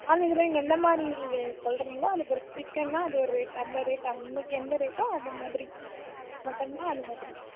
நான்வெஜ்ஜில எந்தமாதிரி வே சொல்லுறீங்களோ அது பொறுத்து சிக்கன்னா அது ஒரு ரேட் அந்த ரேட் அன்னக்கு என்ன ரேட்டோ அதுமாதிரி மட்டன்னா அதுமாதிரி